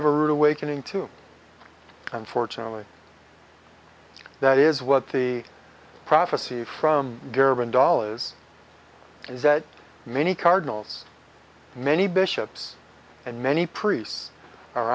have a rude awakening too unfortunately that is what the prophecy from girvan doll is is that many cardinals many bishops and many priests are